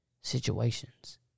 situations